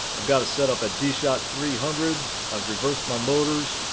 i've got a setup at dshot three hundred, i've reversed my motors,